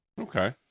Okay